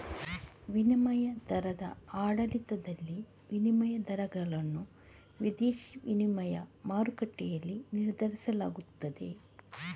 ವಿನಿಮಯ ದರದ ಆಡಳಿತದಲ್ಲಿ, ವಿನಿಮಯ ದರಗಳನ್ನು ವಿದೇಶಿ ವಿನಿಮಯ ಮಾರುಕಟ್ಟೆಯಲ್ಲಿ ನಿರ್ಧರಿಸಲಾಗುತ್ತದೆ